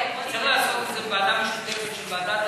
וצריך לעשות את זה בוועדה משותפת של ועדת